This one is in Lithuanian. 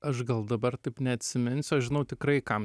aš gal dabar taip neatsiminsiu aš žinau tikrai kam